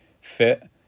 fit